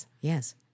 yes